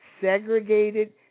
segregated